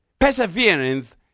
perseverance